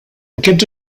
aquests